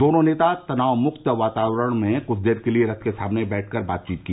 दोनों नेता तनावमुक्त वातावरण में कुछ देर के लिए रथ के सामने बैठकर बातचीत की